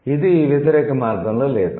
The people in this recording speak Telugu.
ఇది వ్యతిరేక మార్గంలో లేదు